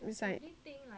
it's like